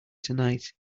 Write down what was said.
tonight